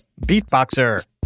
beatboxer